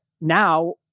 now